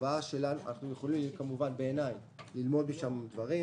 בעיניי אנחנו יכולים ללמוד משם דברים,